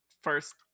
first